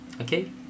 Okay